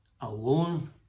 alone